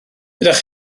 ydych